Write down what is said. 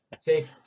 take